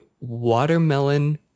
watermelon